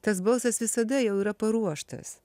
tas balsas visada jau yra paruoštas